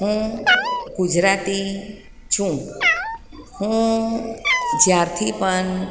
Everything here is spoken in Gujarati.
હું ગુજરાતી છું હું જ્યારથી પણ